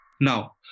Now